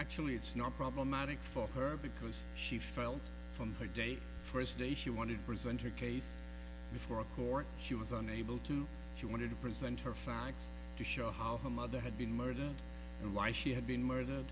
actually it's not problematic for her because she felt from her day first day she wanted present her case before a court she was unable to she wanted to present her facts to show how her mother had been murdered and why she had been murder